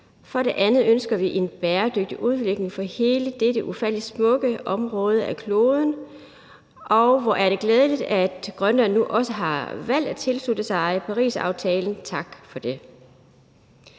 For det andet ønsker vi en bæredygtig udvikling for hele dette ufattelig smukke område af kloden – og hvor er det glædeligt, at Grønland nu også har valgt at tilslutte sig Parisaftalen. Tak for det.